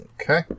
Okay